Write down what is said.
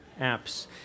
apps